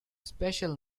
special